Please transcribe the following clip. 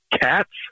Cats